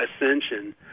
ascension